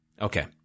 Okay